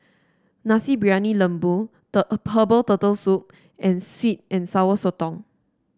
Nasi Briyani Lembu Herbal Turtle Soup and sweet and Sour Sotong